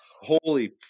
Holy